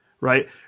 right